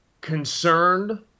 concerned –